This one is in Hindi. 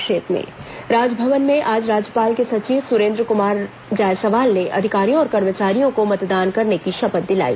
संक्षिप्त समाचार राजभवन में आज राज्यपाल के सचिव सुरेन्द्र कुमार जायसवाल ने अधिकारियों और कर्मचारियों को मतदान करने की शपथ दिलाई